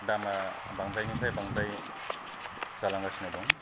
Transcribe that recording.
दामा बांद्रायनिफ्राय बांद्राय जालांगासिनो दं